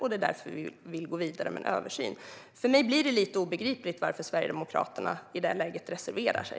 Det är därför vi vill gå vidare med en översyn. För mig blir det obegripligt varför Sverigedemokraterna i det läget reserverar sig.